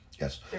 Yes